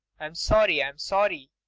i'm sorry, i'm sorry.